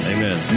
Amen